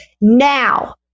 Now